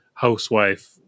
housewife